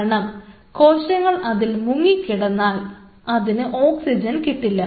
കാരണം കോശങ്ങൾ അതിൽ മുങ്ങി കിടന്നാൽ അതിന് ഓക്സിജൻ കിട്ടില്ല